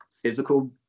physical